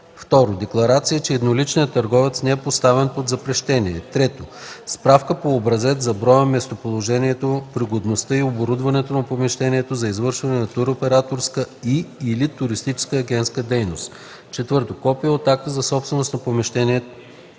2. декларация, че едноличният търговец не е поставен под запрещение; 3. справка по образец за броя, местоположението, пригодността и оборудването на помещението за извършване на туроператорска и/или туристическа агентска дейност; 4. копие от акта за собственост на помещението